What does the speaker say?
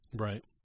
Right